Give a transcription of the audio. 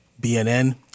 BNN